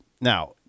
now